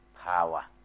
power